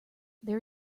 there